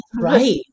right